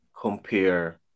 compare